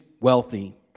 wealthy